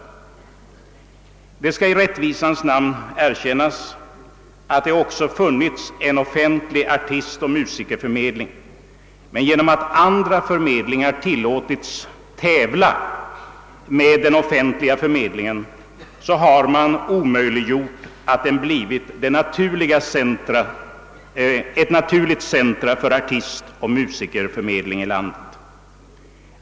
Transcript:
Det skall i rättvisans namn erkännas att det också har funnits en offentlig nom att andra förmedlingar har tillåtits tävla med den offentliga arbetsförmedlingen har man omöjliggjort för den sistnämnda att bli ett naturligt centrum för artistoch musikerförmedling här i landet.